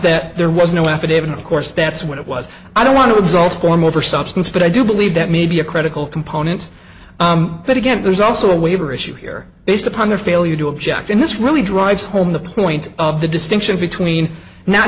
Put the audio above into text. that there was no affidavit of course that's what it was i don't want to exult form over substance but i do believe that may be a critical component but again there's also a waiver issue here based upon their failure to object and this really drives home the point of the distinction between no